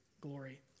glory